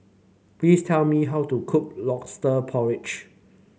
please tell me how to cook lobster porridge